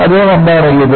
അദ്ദേഹം എന്താണ് ചെയ്തത്